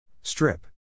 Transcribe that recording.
Strip